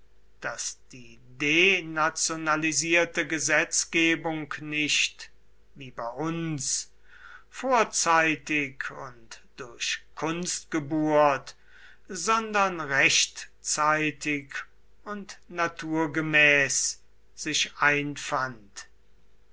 daß die denationalisierte gesetzgebung nicht wie bei uns vorzeitig und durch kunstgeburt sondern rechtzeitig und naturgemäß sich einfand